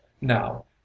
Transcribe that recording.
Now